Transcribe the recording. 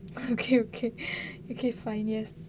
okay okay okay fine yes